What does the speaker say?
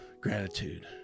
gratitude